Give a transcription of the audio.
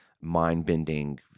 mind-bending